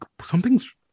something's